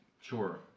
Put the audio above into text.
sure